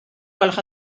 gwelwch